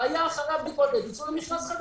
ואחריהן תצאו למכרז חדש.